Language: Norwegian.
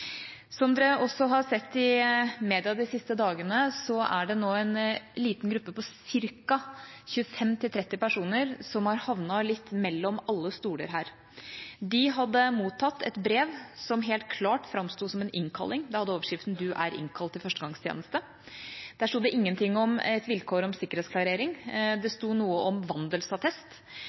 Som man også har sett i media de siste dagene, er det nå en liten gruppe på ca. 25–30 personer som har havnet litt mellom alle stoler. De hadde mottatt et brev som helt klart framsto som en innkalling – det hadde overskriften «Du er innkalt til førstegangstjeneste». Det sto ingenting om et vilkår om sikkerhetsklarering, det sto noe om